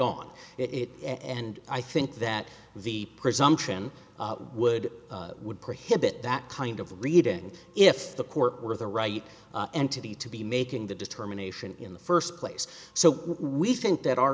on it and i think that the presumption would would prohibit that kind of reading if the court were the right entity to be making the determination in the first place so we think that our